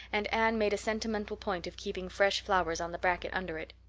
and anne made a sentimental point of keeping fresh flowers on the bracket under it.